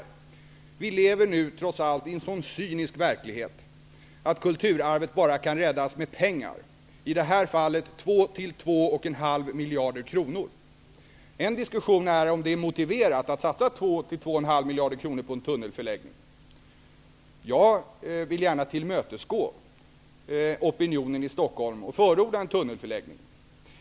Vi lever nu trots allt i en så cynisk verklighet att kulturarvet bara kan räddas med pengar, i detta fall Man kan föra en diskussion om det är motiverat att satsa 2--2,5 miljader kronor på en tunnelförläggning. Jag vill gärna tillmötesgå opinionen i Stockholm och förorda en tunnelförläggning.